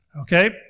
Okay